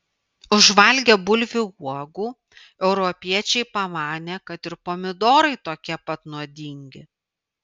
užvalgę bulvių uogų europiečiai pamanė kad ir pomidorai tokie pat nuodingi